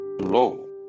Hello